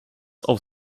auf